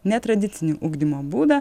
netradicinį ugdymo būdą